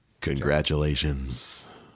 Congratulations